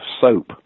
soap